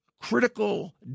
Critical